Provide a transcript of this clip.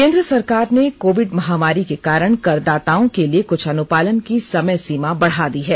केन्द्र सरकार ने कोविड महामारी के कारण करदाताओं के लिए कुछ अनुपालन की समयसीमा बढा दी है